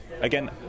again